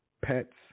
pets